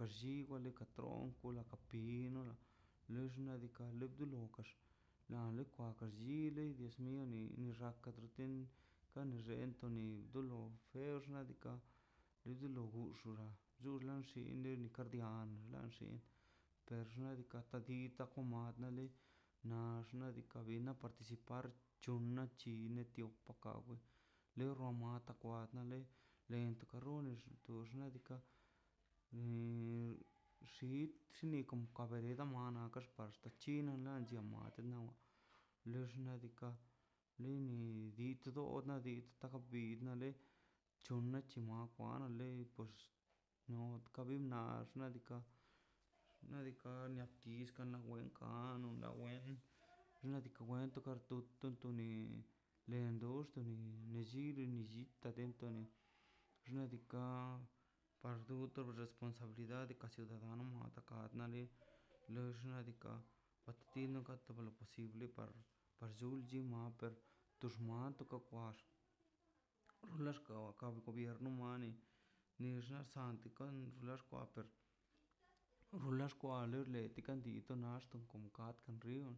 Gux maka llama tigo xox xnaꞌ diikaꞌ kwa ka xlli lika trompala naka pilo nada len xnaꞌ diikaꞌ dulo kax na li kwa llo llil lei les nie ni xaka daxtrin kan xentoni dolo fexno diikaꞌ dulo lo guxkila chulan xinle diikaꞌ lan xin xnaꞌ diika' tadito oman da lei na xnaꞌ diikaꞌ bin na participar c̱honan c̱hine pawe torreona tapkwa le len toka rrune tux xnaꞌ diikaꞌ um xitni kom kareda miaw naka axtkw chi to xnaꞌ diikaꞌ lin tonxnoza di did tane le bi chona chimua na le pox not kaben nax nadika nadika lia tix kana wen ka wen wen to kar tu kan tu ni len dox ni le llil ni llil ka dento ni xnaꞌ diikaꞌ par duti responsabilidade nan na atakar (hesiatation) lox xnaꞌ diikaꞌ patteti no kat to lo posible par chulchi ma per tu max rok war runla xkai gobierno mali nixa skanzikani per xula xkwai ler li kan ti tanax kon kat no rio